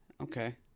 okay